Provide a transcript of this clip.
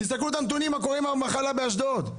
תסתכלו את הנתונים מה קורה עם המחלה באשדוד.